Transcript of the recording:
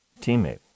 teammate